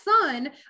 son